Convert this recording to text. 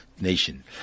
nation